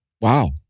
Wow